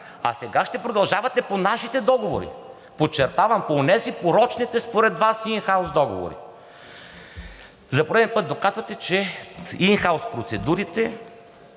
а сега ще продължавате по нашите договори, подчертавам, по онези, порочните според Вас ин хаус договори! За пореден път доказвате, че ин хаус процедурите,